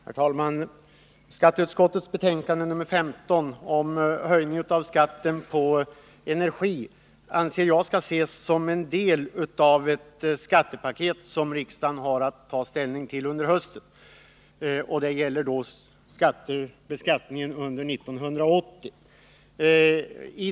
Herr talman! Skatteutskottets betänkande nr 15 om höjning av skatten på energi anser jag skall ses som en del av ett skattepaket som riksdagen har att ta ställning till under hösten. Det gäller beskattningen under 1980.